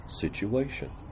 situation